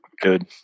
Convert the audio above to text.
Good